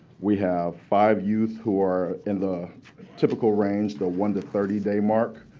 we have five youth who are in the typical range, the one to thirty day mark.